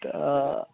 तऽ